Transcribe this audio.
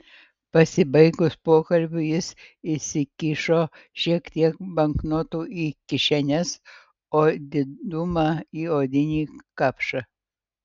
pasibaigus pokalbiui jis įsikišo šiek tiek banknotų į kišenes o didumą į odinį kapšą